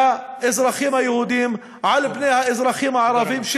לאזרחים היהודים על פני האזרחים הערבים.